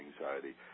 anxiety